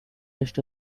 rest